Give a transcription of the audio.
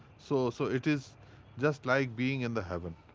so so it is just like being in the heaven,